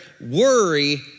worry